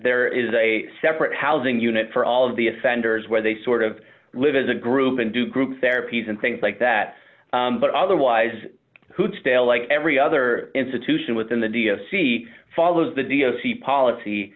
there is a separate housing unit for all of the offenders where they sort of live as a group and do group therapies and things like that but otherwise who'd stale like every other institution within the d s c follows the d o t policy